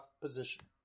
position